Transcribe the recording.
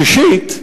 שישית,